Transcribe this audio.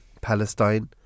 Palestine